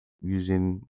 using